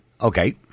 Okay